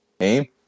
name